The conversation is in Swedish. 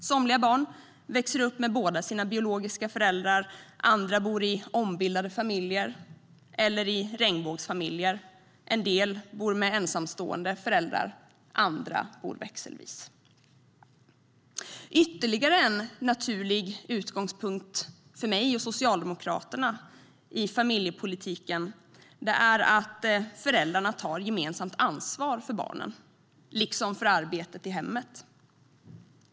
Somliga barn växer upp med båda sina biologiska föräldrar. Andra bor i ombildade familjer eller i regnbågsfamiljer. En del bor med en ensamstående förälder, andra bor växelvis hos föräldrarna. Ytterligare en naturlig utgångspunkt för mig och Socialdemokraterna i familjepolitiken är att föräldrarna tar ett gemensamt ansvar för barnen liksom för arbetet i hemmet.